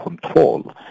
control